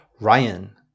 Ryan